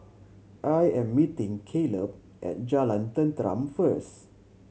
I am meeting Caleb at Jalan Tenteram first